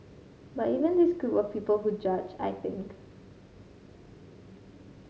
but even this group of people who judge I think